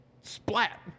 Splat